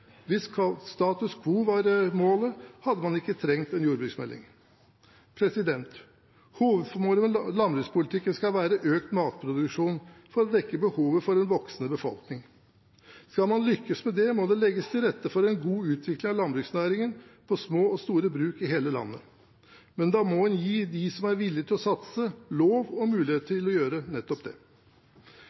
Hvis status quo var målet, hadde man ikke trengt en jordbruksmelding. Hovedformålet med landbrukspolitikken skal være økt matproduksjon for å dekke behovet til en voksende befolkning. Skal man lykkes med det, må det legges til rette for en god utvikling av landbruksnæringen på små og store bruk i hele landet. Men da må en gi dem som er villig til å satse, lov og mulighet til å gjøre nettopp det.